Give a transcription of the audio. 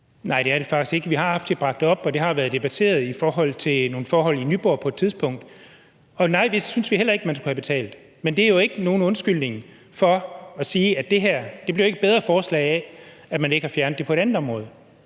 Nej, det er det faktisk ikke. Vi har haft det bragt op, og det har været debatteret i forbindelse med nogle forhold i Nyborg på et tidspunkt. Og nej, det synes vi heller ikke man skulle have betalt. Men det er jo ikke en undskyldning. Det her bliver ikke et bedre forslag af, at man ikke har fjernet det på et andet område.